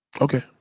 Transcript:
Okay